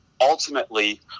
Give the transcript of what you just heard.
Ultimately